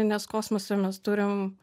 nes kosmose mes turim